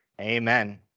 amen